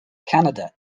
canada